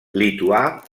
lituà